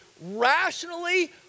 rationally